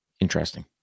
interesting